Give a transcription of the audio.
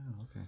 Okay